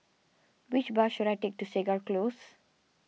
which bus should I take to Segar Close